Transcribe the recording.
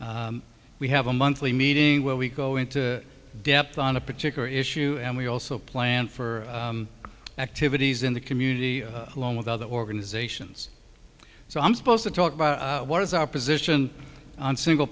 have a monthly meeting where we go into depth on a particular issue and we also plan for activities in the community along with other organizations so i'm supposed to talk about what is our position on single